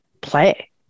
play